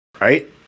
right